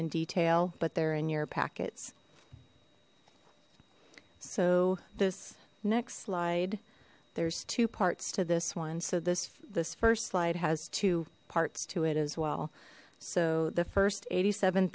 in detail but they're in your packets so this next slide there's two parts to this one so this this first slide has two parts to it as well so the first eighty seven